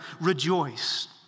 rejoiced